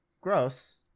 Gross